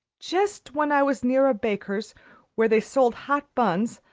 just when i was near a baker's where they sold hot buns,